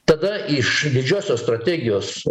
tada iš didžiosios strategijos